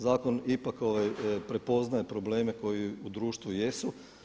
Zakon ipak prepoznaje probleme koji u društvu jesu.